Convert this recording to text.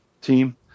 team